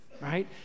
Right